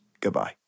Goodbye